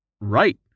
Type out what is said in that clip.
Right